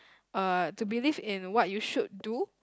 uh to believe in what you should do